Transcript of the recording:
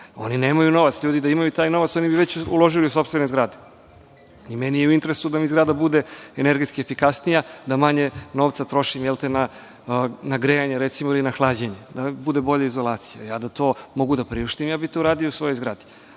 Oni nemaju novac. LJudi da imaju taj novac, oni bi već uložili u sopstvene zgrade. I meni je u interesu da mi zgrada bude energetski efikasnija, da manje novca trošim na grejanje i na hlađenje, da mi bude bolja izolacija. Ja da to mogu da priuštim, ja bih to uradio u svojoj zgradi.